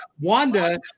wanda